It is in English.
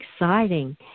exciting